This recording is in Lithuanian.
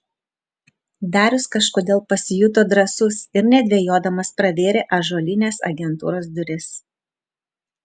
darius kažkodėl pasijuto drąsus ir nedvejodamas pravėrė ąžuolines agentūros duris